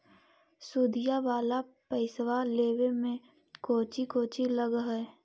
सुदिया वाला पैसबा लेबे में कोची कोची लगहय?